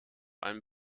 allem